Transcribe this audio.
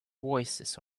voices